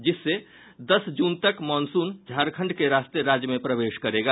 जिससे दस जून तक मॉनसून झारखंड के रास्ते राज्य में प्रवेश करेगा